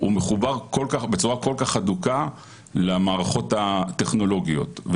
מחובר בצורה כל-כך הדוקה למערכות הטכנולוגיות.